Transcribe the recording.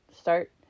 start